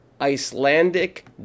Icelandic